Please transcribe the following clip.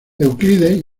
euclides